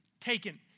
taken